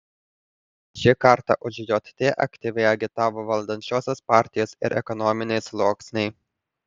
šį kartą už jt aktyviai agitavo valdančiosios partijos ir ekonominiai sluoksniai